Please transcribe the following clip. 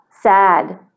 sad